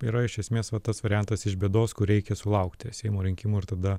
yra iš esmės va tas variantas iš bėdos kur reikia sulaukti seimo rinkimų ir tada